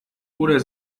oder